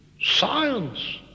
science